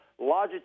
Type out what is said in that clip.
Logitech